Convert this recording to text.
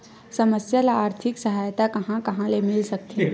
समस्या ल आर्थिक सहायता कहां कहा ले मिल सकथे?